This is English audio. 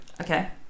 Okay